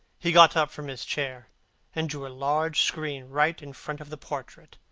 he got up from his chair and drew a large screen right in front of the portrait,